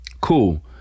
Cool